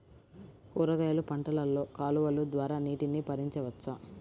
కూరగాయలు పంటలలో కాలువలు ద్వారా నీటిని పరించవచ్చా?